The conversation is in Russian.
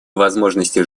возможностей